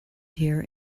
here